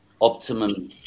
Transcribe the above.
optimum